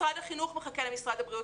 משרד החינוך מחכה למשרד הבריאות,